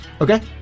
Okay